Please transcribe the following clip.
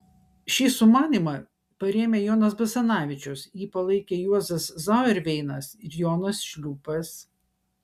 šį sumanymą parėmė jonas basanavičius jį palaikė juozas zauerveinas ir jonas šliūpas